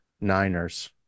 Niners